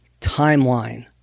timeline